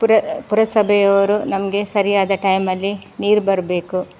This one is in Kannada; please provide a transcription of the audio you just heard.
ಪುರ ಪುರಸಭೆಯವರು ನಮಗೆ ಸರಿಯಾದ ಟೈಮಲ್ಲಿ ನೀರು ಬರಬೇಕು